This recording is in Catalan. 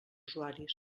usuaris